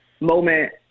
moment